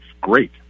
great